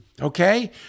Okay